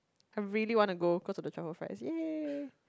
I really want to go cause of the truffle fries ya